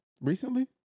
recently